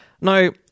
Now